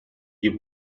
you